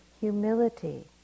humility